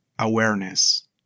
awareness